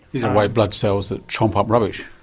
these are white blood cells that chomp up rubbish?